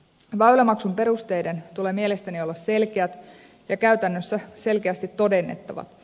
väylämaksun perusteiden tulee mielestäni olla selkeät ja käytännössä selkeästi todennettavat